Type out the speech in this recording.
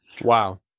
Wow